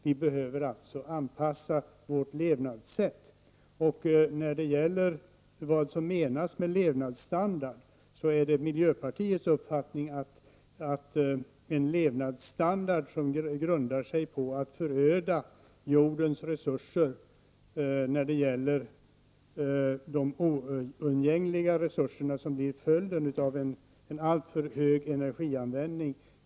Vi behöver alltså anpassa vårt levnadssätt. Vår levnadsstandard är enligt miljöpartiets uppfattning en levnadsstandard som grundar sig på att föröda jordens resurser, de oundgängliga resurserna. Det blir följden av alltför stor energianvändning.